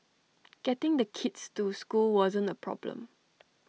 getting the kids to school wasn't A problem